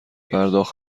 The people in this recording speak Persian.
پرداخت